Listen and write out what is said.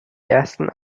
ersten